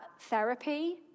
Therapy